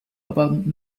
about